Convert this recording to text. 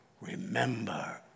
Remember